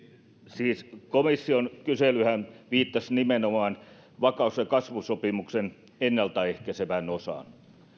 siis komission kyselyhän viittasi nimenomaan vakaus ja kasvusopimuksen ennalta ehkäisevään osaan